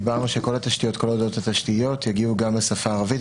דיברנו שכל הודעות התשתיות יגיעו גם בשפה הערבית.